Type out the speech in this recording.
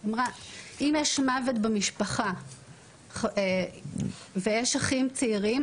היא אמרה: אם יש מוות במשפחה ויש אחים צעירים,